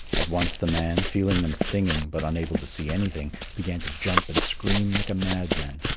at once the man, feeling them stinging, but unable to see anything, began to jump and scream like a madman.